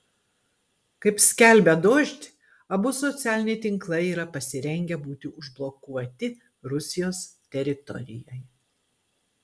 kaip skelbia dožd abu socialiniai tinklai yra pasirengę būti užblokuoti rusijos teritorijoje